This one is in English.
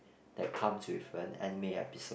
that comes with the anime episode